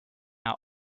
are